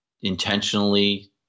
intentionally